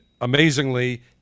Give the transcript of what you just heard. amazingly